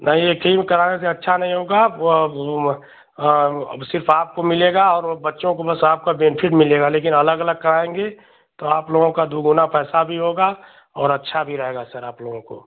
नहीं एक ही में कराने से अच्छा नहीं होगा अब सिर्फ आपको मिलेगा और बच्चों को बस आपका बेनिफ़िट मिलेगा लेकिन अलग अलग कराएँगे तो आप लोगों का दुगुना पैसा भी होगा और अच्छा भी रहेगा सर आप लोगों को